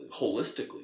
holistically